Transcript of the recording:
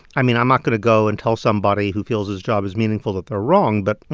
i mean, i'm not going to go and tell somebody who feels his job is meaningful that they're wrong, but, you